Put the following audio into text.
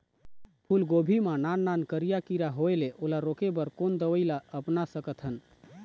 फूलगोभी मा नान नान करिया किरा होयेल ओला रोके बर कोन दवई ला अपना सकथन?